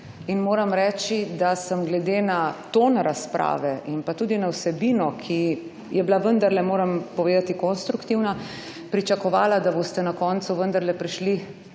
in moram reči, da sem glede na ton razprave in tudi na vsebino, ki je bila vendarle moram povedati konstruktivna pričakovala, da boste na koncu vendarle prešli